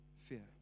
fear